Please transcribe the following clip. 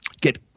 get